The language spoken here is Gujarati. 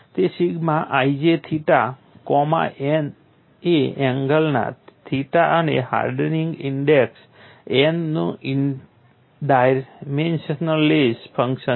તે sigma ij theta comma n એ એંગલના થિટા અને હાર્ડનિંગ ઇંડેક્સ n નું ડાયમેન્શનલેસ ફંક્શન્સ છે